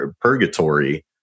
purgatory